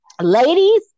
ladies